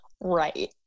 Right